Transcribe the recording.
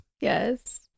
Yes